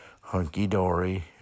hunky-dory